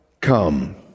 come